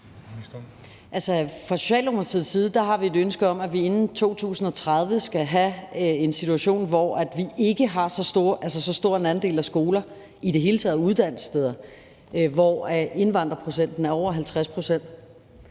Fra Socialdemokratiets side har vi et ønske om, at vi inden 2030 skal have en situation, hvor vi ikke har så stor en andel af skoler og i det hele taget uddannelsessteder, hvor indvandrerprocenten er over 50. Det